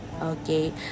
okay